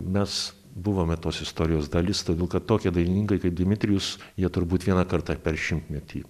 mes buvome tos istorijos dalis todėl kad tokie dainininkai kaip dimitrijus jie turbūt vieną kartą per šimtmetį